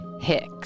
Hicks